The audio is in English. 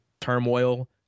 turmoil